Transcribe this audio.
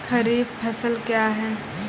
खरीफ फसल क्या हैं?